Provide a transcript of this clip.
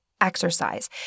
exercise